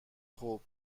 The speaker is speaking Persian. خوب